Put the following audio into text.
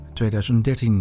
2013